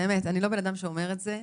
אני לא בן אדם שאומר את זה,